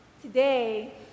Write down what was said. Today